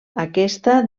aquesta